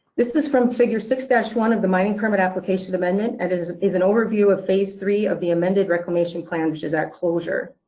this is from figure six one of the mining permit application amendment and it is is an overview of phase three of the amended reclamation plan which is that closure.